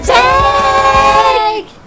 take